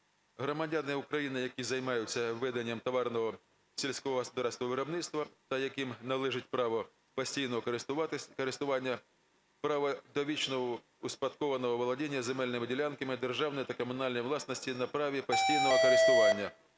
"Громадяни України, які займаються веденням товарного сільськогосподарського виробництва та яким належить право постійного користування, право довічного успадкованого володіння земельними ділянками державної та комунальної власності на праві постійного користування,